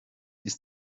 ist